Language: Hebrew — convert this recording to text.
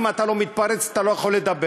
אם אתה לא מתפרץ, אתה לא יכול לדבר.